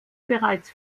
bereits